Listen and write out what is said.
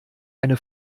eine